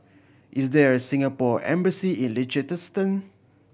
is there a Singapore Embassy in Liechtenstein